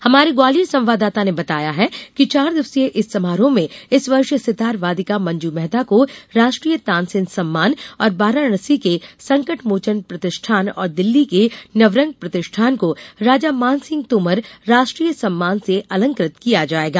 हमारे ग्वालियर संवाददाता ने बताया है कि चार दिवसीय इस समारोह में इस वर्ष सितार वादिका मंजू मेहता को राष्ट्रीय तानसेन सम्मान और वाराणसी के संकटमोचन प्रतिष्ठान और दिल्ली के नवरंग प्रतिष्ठान को राजा मानसिंह तोमर राष्ट्रीय सम्मान से अलंकृत किया जायेगा